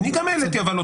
אבל אני גם העליתי אותה.